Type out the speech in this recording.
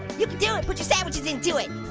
you can do it, put your sandwiches into it.